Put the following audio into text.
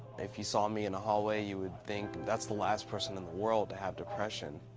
if you saw me in the hallway, you would think, that's the last person in the world to have depression.